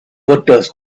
workers